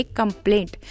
complaint